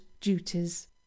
duties